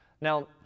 Now